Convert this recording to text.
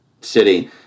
city